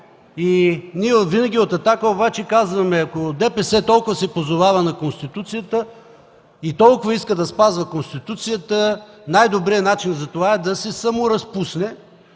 произволни. От „Атака” винаги казваме – ако ДПС толкова се позовава на Конституцията и толкова иска да спазва Конституцията, най-добрият начин за това е да се саморазпусне,